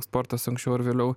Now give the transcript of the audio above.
sportas anksčiau ar vėliau